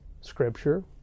Scripture